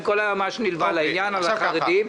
עם כל מה שנלווה לעניין בעניין החרדים.